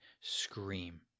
scream